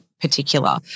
particular